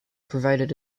provided